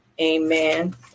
Amen